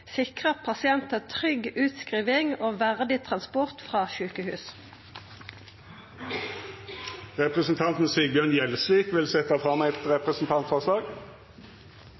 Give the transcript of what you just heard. sikra pasientar trygg utskriving og verdig transport frå sjukehus. Representanten Sigbjørn Gjelsvik vil setja fram eit representantforslag.